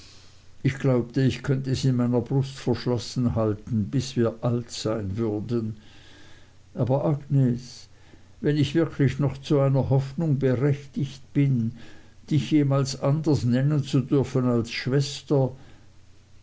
ich glaubte ich könnte es in meiner brust verschlossen halten bis wir alt sein würden aber agnes wenn ich wirklich noch zu einer hoffnung berechtigt bin dich jemals anders nennen zu dürfen als schwester